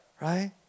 Right